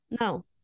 No